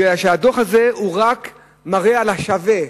בגלל שהדוח הזה מראה רק על השווה,